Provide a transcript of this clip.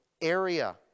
area